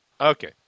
okay